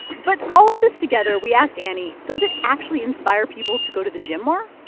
but all of this together, we asked annie does it actually inspire people to go to the gym more?